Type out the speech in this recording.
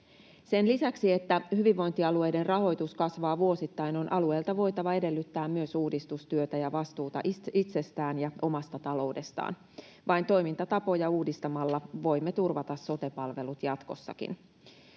Sen lisäksi, että hyvinvointialueiden rahoitus kasvaa vuosittain, on alueilta voitava edellyttää myös uudistustyötä ja vastuuta itsestään ja omasta taloudestaan. Vain toimintatapoja uudistamalla voimme turvata sote-palvelut jatkossakin.